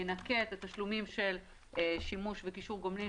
ינכה את התשלומים של שימוש בקישור גומלין,